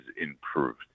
improved